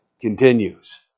continues